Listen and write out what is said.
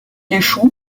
échoue